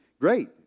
Great